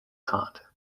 kant